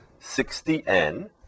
60N